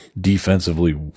defensively